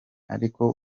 ariko